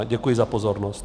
Děkuji za pozornost.